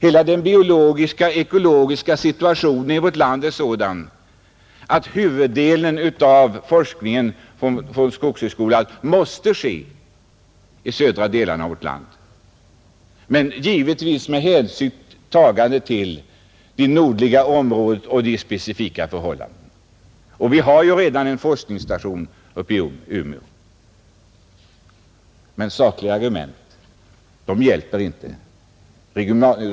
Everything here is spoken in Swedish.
Hela den biologiska och ekologiska situationen i vårt land är sådan att huvuddelen av skogshögskolans forskning måste ske i de södra delarna av vårt land, givetvis med hänsynstagande till de specifika förhållandena i det nordliga området. Vi har ju redan en forskningsstation i Umeå. Men sakliga argument hjälper inte.